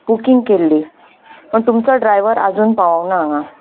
booking केल्ली तुमचो driver आजून पावूंक ना हांगा